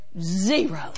zero